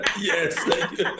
Yes